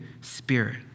Spirit